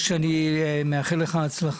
היושב-ראש, אני מאחל לך הצלחה.